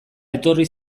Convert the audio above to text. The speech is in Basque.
etorri